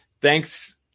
thanks